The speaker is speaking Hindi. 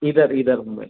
इधर इधर हूँ मैं